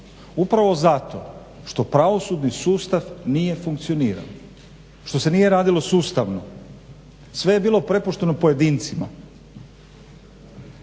Upravo zato što pravosudni sustav nije funkcionirao, što se nije radilo sustavno, sve je bilo prepušteno pojedincima.